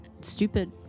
stupid